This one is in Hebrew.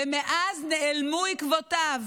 ומאז נעלמו עקבותיו.